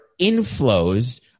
inflows